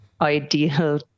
ideal